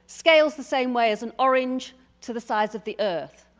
scales the same way as an orange to the size of the earth.